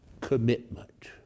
commitment